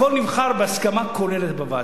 הכול נבחר בהסכמה כוללת בוועדה.